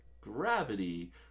gravity